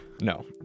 No